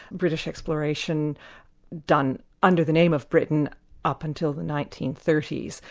british exploration done under the name of britain up until the nineteen thirty s,